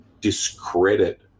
discredit